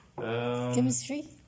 chemistry